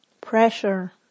pressure